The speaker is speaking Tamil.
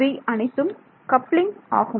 இவை அனைத்தும் கப்ளிங் ஆகும்